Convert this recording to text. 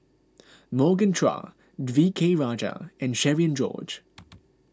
Morgan Chua V K Rajah and Cherian George